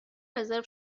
رزرو